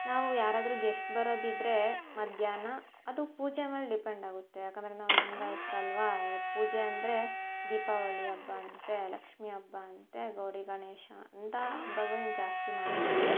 ನಾವು ಯಾರಾದ್ರೂ ಗೆಸ್ಟ್ ಬರೋದಿದ್ರೆ ಮಧ್ಯಾಹ್ನ ಅದು ಪೂಜೆ ಮೇಲೆ ಡಿಪೆಂಡಾಗುತ್ತೆ ಏಕಂದ್ರೆ ನಾವು ಲಿಂಗಾಯತರಲ್ವಾ ಪೂಜೆ ಅಂದರೆ ದೀಪಾವಳಿ ಹಬ್ಬ ಅಂತೆ ಲಕ್ಷ್ಮೀ ಹಬ್ಬ ಅಂತೆ ಗೌರಿ ಗಣೇಶ ಅಂತಹ ಹಬ್ಬಗಳ್ನ್ ಜಾಸ್ತಿ ಮಾಡ್ತೀವಿ